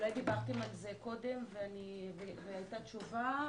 אולי דיברתם על זה קודם והייתה תשובה,